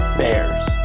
bears